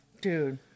Dude